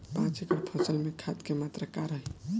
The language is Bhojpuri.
पाँच एकड़ फसल में खाद के मात्रा का रही?